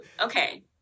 okay